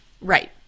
Right